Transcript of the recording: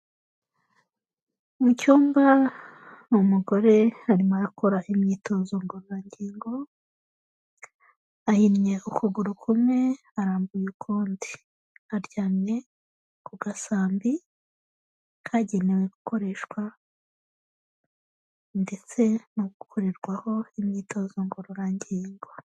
Mu cyumba umugore arimo arakora imyitozo ngororangingo, ahinnye ukuguru kumwe arambuye ukundi. Aryamye ku gasambi kagenewe gukoreshwa ndetse no gukorerwaho imyitozo ngororangingo.